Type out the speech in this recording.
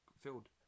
filled